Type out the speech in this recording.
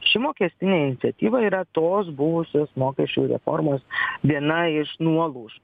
ši mokestinė iniciatyva yra tos buvusios mokesčių reformos viena iš nuolauž